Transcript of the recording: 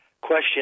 question